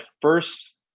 first